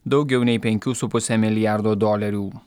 daugiau nei penkių su puse milijardo dolerių